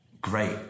great